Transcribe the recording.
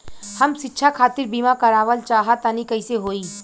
हम शिक्षा खातिर बीमा करावल चाहऽ तनि कइसे होई?